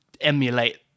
emulate